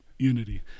unity